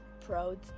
proud